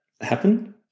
happen